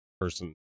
person